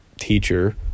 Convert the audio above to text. teacher